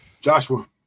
Joshua